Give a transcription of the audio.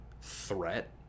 threat